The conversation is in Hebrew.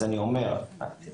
אני מאוד מאמינה היום,